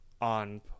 on